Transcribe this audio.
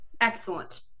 Excellent